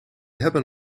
hebben